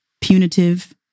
punitive